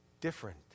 different